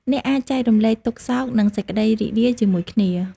អ្នកអាច ចែករំលែកទុក្ខសោក និងសេចក្ដីរីករាយ ជាមួយគ្នា។